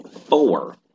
four